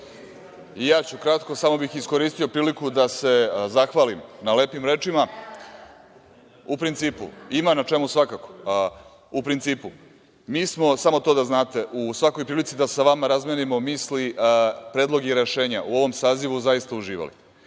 I ja ću kratko, samo bih iskoristio priliku da se zahvalim na lepim rečima.(Nataša Jovanović: Nema na čemu.)Ima na čemu, svakako.U principu mi smo, samo to da znate, u svakoj prilici da sa vama razmenimo misli, predloge i rešenja u ovom sazivu zaista uživali